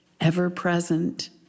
ever-present